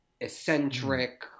eccentric